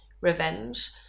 revenge